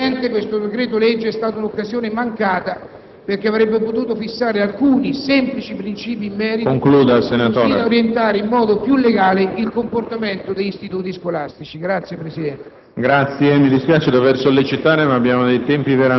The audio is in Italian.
Voglio vedere se qualcosa cambierà in merito. Certamente, questo decreto‑legge è stata un'occasione mancata, perché avrebbe potuto fissare alcuni semplici principi in merito, così da orientare in modo più legale il comportamento degli istituti scolastici. *(Applausi